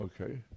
Okay